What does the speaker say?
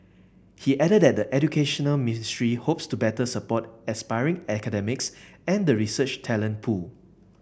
he added that the Educational Ministry hopes to better support aspiring academics and the research talent pool